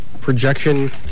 projection